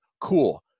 cool